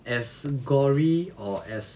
as gory or as